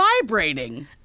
vibrating